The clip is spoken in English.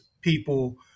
people